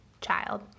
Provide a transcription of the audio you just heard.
child